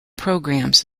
programs